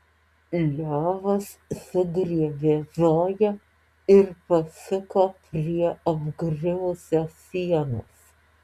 levas sugriebė zoją ir pasuko prie apgriuvusios sienos